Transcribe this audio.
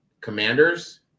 commanders